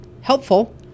helpful